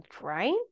right